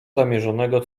zamierzonego